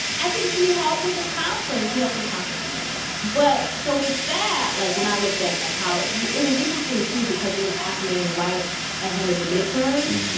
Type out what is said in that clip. i think she helped with a conference. she helped put a conference together. but so with that like, when i looked at, like, how it was interesting, too, because it was happening right ahead of the midterms,